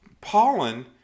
pollen